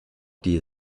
die